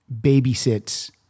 babysits